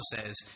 says